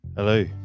Hello